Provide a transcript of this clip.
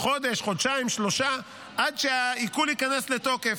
חודש-חודשיים-שלושה עד שהעיקול ייכנס לתוקף.